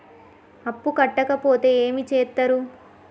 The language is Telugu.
అప్పు కట్టకపోతే ఏమి చేత్తరు?